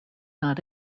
not